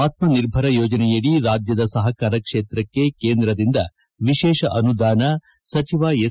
ಆತ್ಮಿರ್ಭರ ಯೋಜನೆಯಡಿ ರಾಜ್ಯದ ಸಹಕಾರ ಕ್ಷೇತ್ರಕ್ಕೆ ಕೇಂದ್ರದಿಂದ ವಿಶೇಷ ಅನುದಾನ ಸಚಿವ ಎಸ್